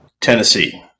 Tennessee